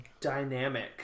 dynamic